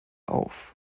auf